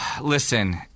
listen